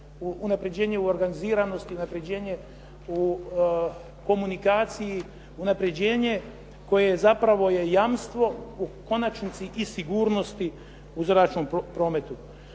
unaprjeđenje u organiziranosti, unaprjeđenje u komunikaciji, unaprjeđenje koje zapravo je jamstvo, u konačnici i sigurnosti u zračnom prometu.